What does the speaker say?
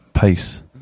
peace